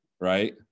right